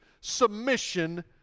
submission